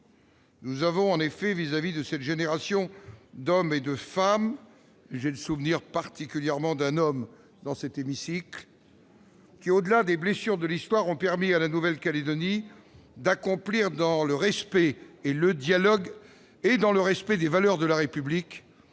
Nous avons en effet vis-à-vis de cette génération d'hommes et de femmes- j'ai en particulier le souvenir d'un homme dans cet hémicycle -, qui, au-delà des blessures de l'Histoire, ont permis à la Nouvelle-Calédonie d'accomplir, dans le respect de leur diversité et des valeurs de la République,